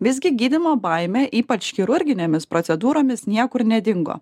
visgi gydymo baimė ypač chirurginėmis procedūromis niekur nedingo